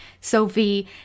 Sophie